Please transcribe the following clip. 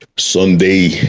sunday.